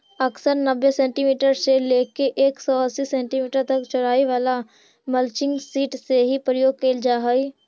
अक्सर नब्बे सेंटीमीटर से लेके एक सौ अस्सी सेंटीमीटर तक चौड़ाई वाला मल्चिंग सीट के ही प्रयोग कैल जा हई